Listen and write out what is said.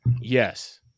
Yes